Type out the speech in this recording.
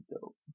dope